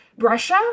Russia